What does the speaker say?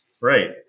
Right